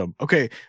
okay